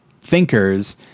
thinkers